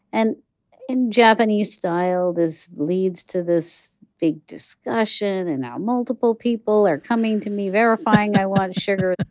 and in japanese style, this leads to this big discussion and now multiple people are coming to me verifying i want sugar.